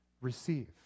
receive